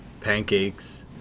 Pancakes